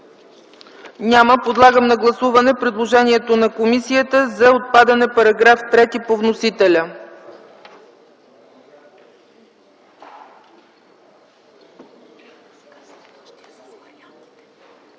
Няма. Подлагам на гласуване предложението на комисията за отпадане на § 3 по вносител.